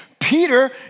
Peter